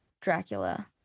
Dracula